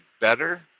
better